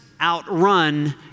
outrun